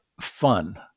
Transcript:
fun